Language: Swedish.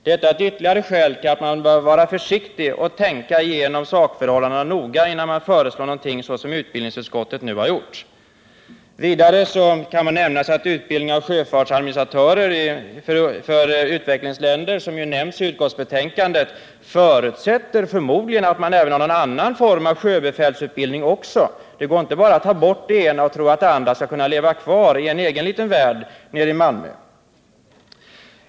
Detta är ytterligare ett skäl till att man bör vara försiktig och tänka genom sakförhällandena noga innan man kommer med sådana förslag som utbildningsutskottet nu har gjort. Vidare kan nämnas att utbildningen av sjöfartsadministratörer för utvecklingsländer, som nämns i utskottsbetänkandet, förmodligen förutsätter att man även har någon annan form av sjöbefälsutbildning. Det går inte bara att ta bort det ena och tro att det andra kan leva kvar i en egen liten värld nere i Malmö.